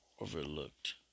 overlooked